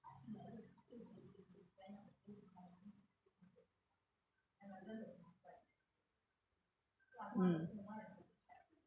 mm